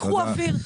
קחו אוויר,